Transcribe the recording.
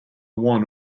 one